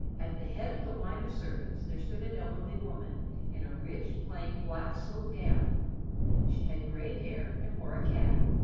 at the head of the line of servants there stood an elderly woman in a rich, plain black silk gown she had grey hair and wore a cap.